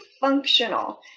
functional